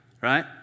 right